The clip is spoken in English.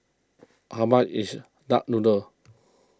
how much is Duck Noodle